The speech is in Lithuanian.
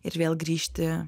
ir vėl grįžti